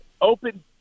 open